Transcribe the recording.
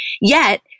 Yet-